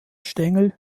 stängel